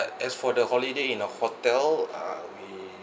as for the holiday in a hotel uh we